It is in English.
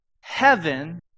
heaven